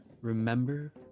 remember